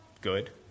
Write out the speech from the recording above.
good